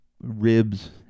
ribs